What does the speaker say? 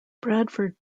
bradford